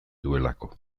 duelako